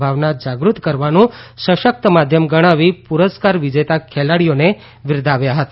ભાવના જાગૃત કરવાનું સશક્ત માધ્યમ ગણાવી પુરસ્કાર વિજેતા ખેલાડીઓને બિરદાવ્યા હતા